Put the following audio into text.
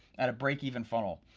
at a break even funnel.